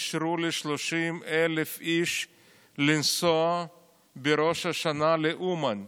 אישרו ל-30,000 איש לנסוע בראש השנה לאומן.